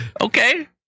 Okay